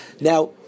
Now